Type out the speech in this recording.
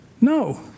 No